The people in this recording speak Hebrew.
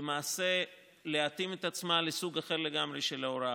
למעשה להתאים את עצמה לסוג אחר לגמרי של הוראה,